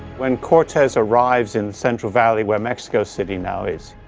when cortes arrives in central valley where mexico city now is,